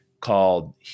called